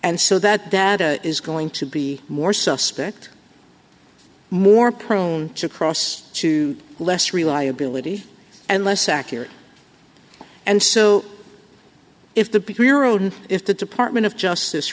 and so that data is going to be more suspect more prone to cross to less reliability and less accurate and so if the bureau if the department of justice